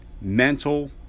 mental